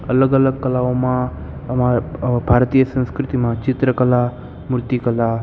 અલગ અલગ કલાઓમાં અમારા ભારતીય સંસ્કૃતિમાં ચિત્ર કલા મૂર્તિ કલા